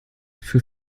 für